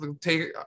take